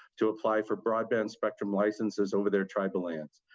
to apply for broadband spectrum licenses over their tribal land.